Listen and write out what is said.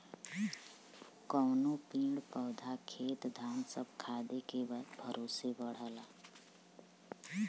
कउनो पेड़ पउधा खेत धान सब खादे के भरोसे बढ़ला